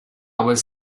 was